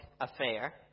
affair